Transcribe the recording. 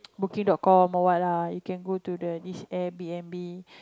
booking dot com or what lah you can go the this Airbnb